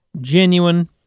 genuine